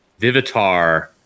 Vivitar